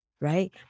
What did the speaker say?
right